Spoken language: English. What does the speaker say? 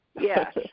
Yes